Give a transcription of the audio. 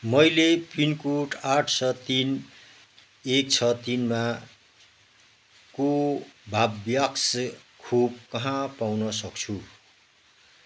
मैले पिनकोड आठ छ तिन एक छ तिन मा कोभोभ्याक्स खोप कहाँ पाउन सक्छु